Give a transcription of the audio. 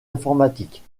informatiques